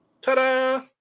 Ta-da